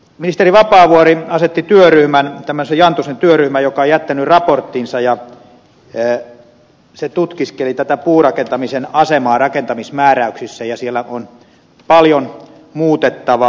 ministeri vapaavuori asetti työryhmän tämmöisen jantusen työryhmän joka on jättänyt raporttinsa ja se tutkiskeli tätä puurakentamisen asemaa rakentamismääräyksissä ja siellä on paljon muutettavaa